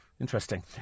Interesting